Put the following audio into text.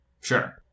Sure